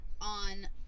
on